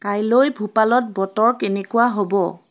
কাইলৈ ভূপালত বতৰ কেনেকুৱা হ'ব